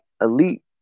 elite